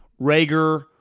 Rager